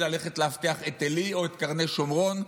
ללכת לאבטח את עלי או את קרני שומרון,